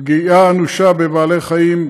פגיעה אנושה בבעלי חיים,